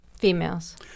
Females